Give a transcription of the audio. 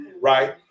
right